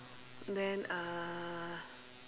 then uh